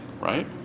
right